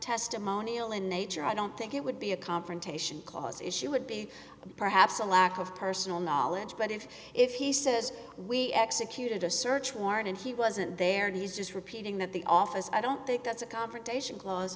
testimonial in nature i don't think it would be a confrontation clause issue would be perhaps a lack of personal knowledge but if if he says we executed a search warrant and he wasn't there he's just repeating that the office i don't think that's a confrontation cla